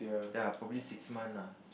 ya probably six month ah